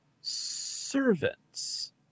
servants